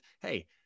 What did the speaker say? hey